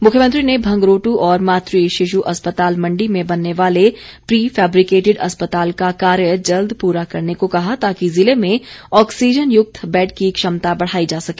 मुख्यमंत्री ने भंगरोटू और मात्र शिश् अस्पताल मंडी में बनने वाले प्री फैब्रिकेटिड अस्पताल का कार्य जल्द पूरा करने को कहा ताकि जिले में ऑक्सीज़नयुक्त बैड की क्षमता बढ़ाई जा सके